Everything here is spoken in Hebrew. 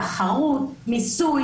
תחרות, מיסוי